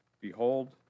Behold